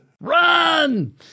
Run